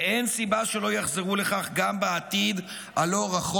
ואין סיבה שלא יחזרו לכך גם בעתיד הלא-רחוק",